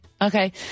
Okay